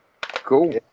Cool